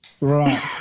Right